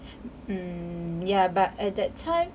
mm yeah but at that time